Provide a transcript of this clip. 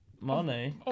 Money